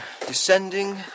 descending